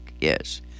yes